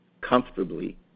comfortably